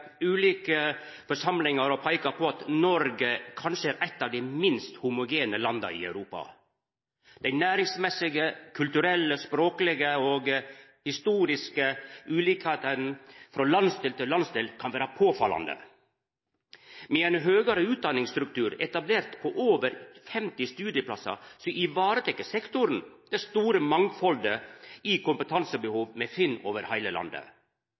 ulike forsamlingar å peika på at Noreg kanskje er eit av dei minst homogene landa i Europa. Dei næringsmessige, kulturelle, språklege og historiske ulikskapane frå landsdel til landsdel kan vera påfallande. Med ein høgare utdanningsstruktur etablert på over 50 studieplassar tek sektoren vare på det store mangfaldet i det kompetansebehovet me finn over heile landet.